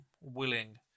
willing